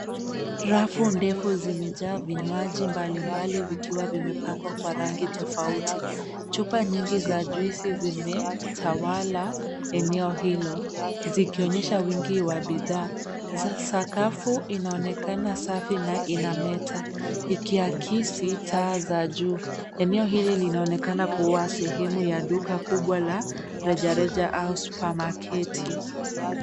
Rafu ndefu zimejaa vinywaji mbalimbali vikiwa vimepangwa kwa rangi tofauti. Chupa nyingi za juisi zimetawala eneo hilo zikionyesha wingi wa bidhaa. Sakafu inaonekana safi na inameta ikiakisi taa za juu. Eneo hili linaonekana kuwa sehemu ya duka kubwa la rejareja au supermarket .